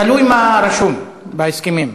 תלוי מה רשום בהסכמים.